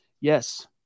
Yes